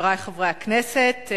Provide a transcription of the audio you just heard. חברי חברי הכנסת,